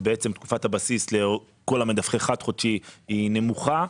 ובעצם תקופת הבסיס לכל מדווחי חד-חודשי היא נמוכה,